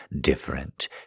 different